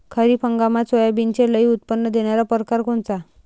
खरीप हंगामात सोयाबीनचे लई उत्पन्न देणारा परकार कोनचा?